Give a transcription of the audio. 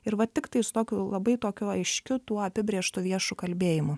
ir va tiktai su tokiu labai tokiu aiškiu tuo apibrėžtu viešu kalbėjimu